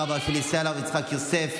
הרב יצחק יוסף.